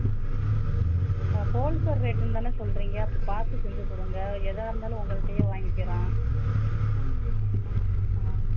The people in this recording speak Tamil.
ம் ஹோல்சேல் ரேட்டுன்னு தானே சொல்லுறீங்க அப்போ பார்த்து செஞ்சு கொடுங்க ஏதா இருந்தாலும் உங்கள்ட்டையே வாங்கிக்கிறோம் ஆ